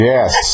Yes